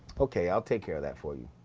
okay, i'll take care of that for you.